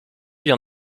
y’en